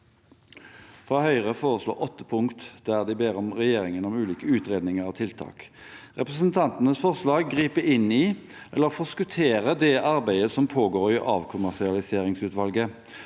fra Høyre foreslår åtte punkt der de ber regjeringen om ulike utredninger og tiltak. Representantenes forslag griper inn i, eller forskutterer, det arbeidet som pågår i avkommersialiseringsutvalget.